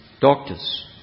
doctors